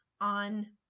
on